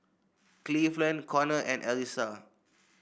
Cleveland Konnor and Elissa